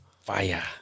fire